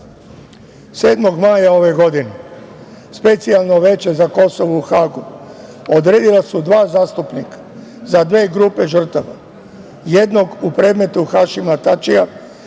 7. maja Specijalno veće za Kosovo u Hagu odredila su dva zastupnika za dve grupe žrtava, jednog u predmetu Hašima Tačija,